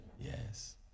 Yes